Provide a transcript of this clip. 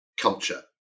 culture